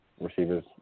receivers